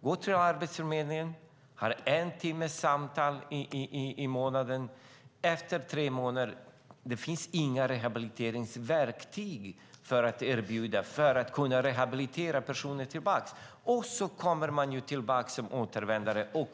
Man går till Arbetsförmedlingen, har en timmes samtal i månaden, och efter tre månader finns inga rehabiliteringsverktyg att erbjuda för att kunna rehabilitera människor. Då kommer man tillbaka som återvändare, och